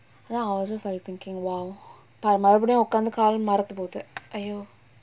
then I was just like you thinking !wow! மறுபடியும் உக்காந்து கால் மரத்து போது:marupadiyum ukkanthu kaal maruthu pothu !aiyo!